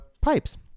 pipes